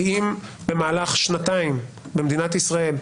כי אם במהלך שנתיים במדינת ישראל,